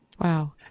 Wow